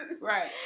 right